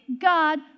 God